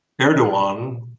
Erdogan